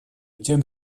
тем